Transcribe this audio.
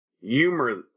humor